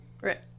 Right